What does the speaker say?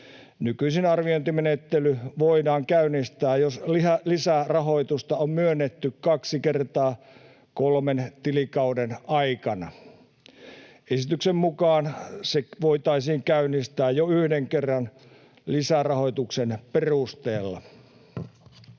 Nykyisin arviointimenettely voidaan käynnistää, jos lisärahoitusta on myönnetty kaksi kertaa kolmen tilikauden aikana. Esityksen mukaan se voitaisiin käynnistää jo yhden kerran lisärahoituksen perusteella.